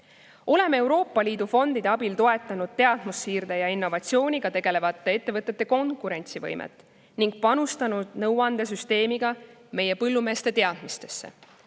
Euroopa Liidu fondide abil toetanud teadmussiirde ja innovatsiooniga tegelevate ettevõtete konkurentsivõimet ning panustanud nõuandesüsteemi kaudu meie põllumeeste teadmistesse.